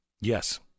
Yes